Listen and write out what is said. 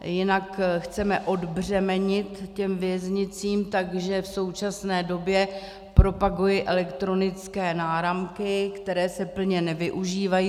Jinak chceme odbřemenit těm věznicím, takže v současné době propaguji elektronické náramky, které se plně nevyužívají.